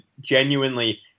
genuinely